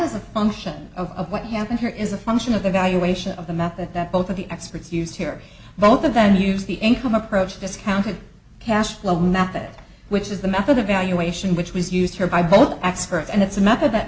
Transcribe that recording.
as a function of what happened here is a function of the valuation of the method that both of the experts use here both of them use the income approach discounted cash flow method which is the method of valuation which was used her by both the experts and it's a method that